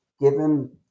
given